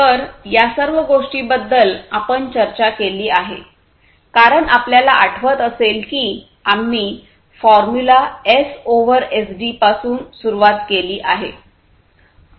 तर या सर्व गोष्टींबद्दल आपण चर्चा केली आहे कारण आपल्याला आठवत असेल की आम्ही फॉर्म्युला एस ओव्हर एसडीपासून सुरुवात केली आहे